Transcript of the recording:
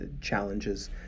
challenges